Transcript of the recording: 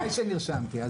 בוודאי שנרשמתי.